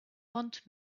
want